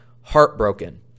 heartbroken